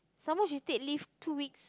some more she take leave two weeks